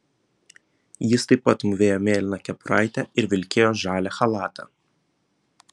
jis taip pat mūvėjo mėlyną kepuraitę ir vilkėjo žalią chalatą